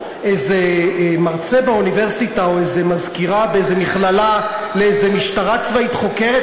איזה מרצה באוניברסיטה או איזו מזכירה באיזו מכללה למשטרה צבאית חוקרת?